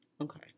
Okay